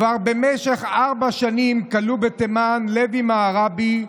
כבר ארבע שנים כלוא בתימן לוי מראבי.